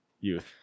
youth